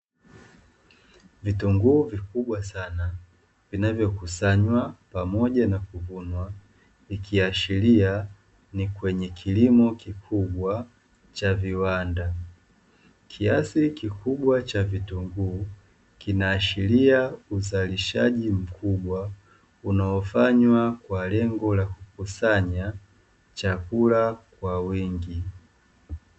Vitunguu vikubwa sana vinavyokusanywa pamoja na kuvunwa ikiashiria ni kwenye kilimo kikubwa cha viwandsa. Kiasi kikubwa cha vitunguu kinaashiria uzalishaji mkubwa unaofanywa kwa lengo la kukusanya chakula kwa wingi.